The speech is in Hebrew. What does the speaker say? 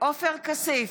עופר כסיף,